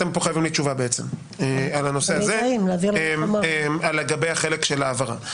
אתם פה חייבים לי תשובה בעצם על הנושא הזה לגבי החלק של העברה.